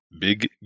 Big